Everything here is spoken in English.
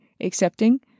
accepting